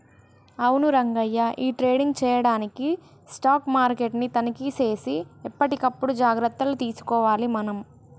అవును రంగయ్య ఈ ట్రేడింగ్ చేయడానికి స్టాక్ మార్కెట్ ని తనిఖీ సేసి ఎప్పటికప్పుడు జాగ్రత్తలు తీసుకోవాలి మనం